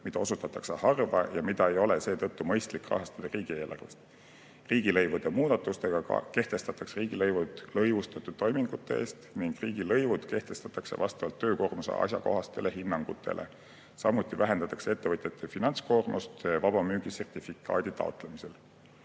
mida osutatakse harva ja mida ei ole seetõttu mõistlik rahastada riigieelarvest. Riigilõivude muudatustega kehtestatakse riigilõivud lõivustatud toimingute eest ning riigilõivud kehtestatakse vastavalt töökoormuse ajakohastele hinnangutele. Samuti vähendatakse ettevõtjate finantskoormust vabamüügi sertifikaadi taotlemisel. Sunniraha